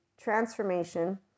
transformation